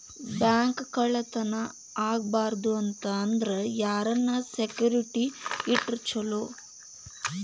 Bank ಕಳ್ಳತನಾ ಆಗ್ಬಾರ್ದು ಅಂತ ಅಂದ್ರ ಯಾರನ್ನ ಸೆಕ್ಯುರಿಟಿ ಇಟ್ರ ಚೊಲೊ?